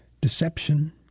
Deception